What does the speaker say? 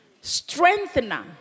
strengthener